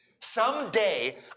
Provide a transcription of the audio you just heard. Someday